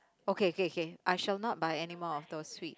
okay K K K I shall not buy anymore of those sweet